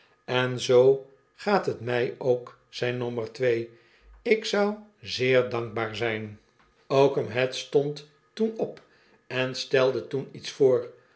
en zoo gaat t mij ook zei nommer twee ik zou zeer dankbaar zijn oakum head stond toen op en stelde toon iets voor